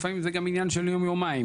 לפעמים זה גם עניין של יום או יומיים.